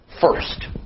first